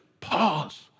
pause